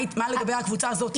מה בנוגע לקבוצה הזאת?